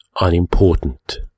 unimportant